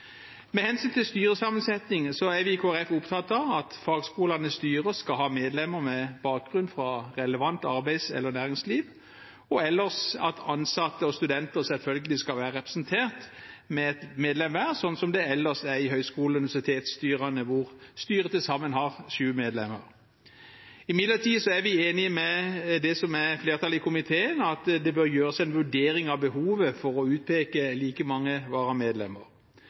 Med hensyn til styresammensetning er vi i Kristelig Folkeparti opptatt av at fagskolenes styre skal ha medlemmer med bakgrunn fra relevant arbeids- eller næringsliv, og ellers at ansatte og studenter – selvfølgelig – skal være representert med ett medlem hver, slik det er i høyskole- og universitetsstyrene, der styret til sammen har sju medlemmer. Imidlertid er vi enig med flertallet i komiteen i at det bør gjøres en vurdering av behovet for å utpeke like mange varamedlemmer.